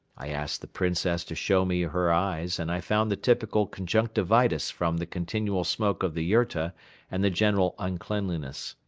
i asked the princess to show me her eyes and i found the typical conjunctivitis from the continual smoke of the yurta and the general uncleanliness.